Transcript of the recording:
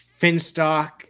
Finstock